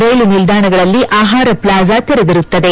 ರೈಲು ನಿಲ್ಲಾಣಗಳಲ್ಲಿ ಆಹಾರ ಫ್ಲಾಜ ತೆರೆದಿರುತ್ತದೆ